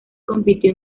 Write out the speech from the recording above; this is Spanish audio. compitió